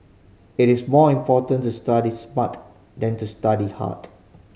it is more important to study smart than to study hard